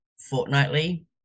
fortnightly